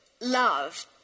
love